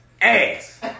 Ass